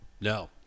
No